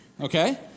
okay